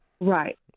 Right